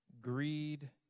greed